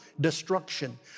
destruction